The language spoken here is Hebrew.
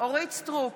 אורית מלכה סטרוק,